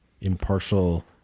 impartial